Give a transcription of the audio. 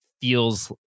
feels